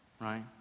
Right